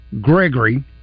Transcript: Gregory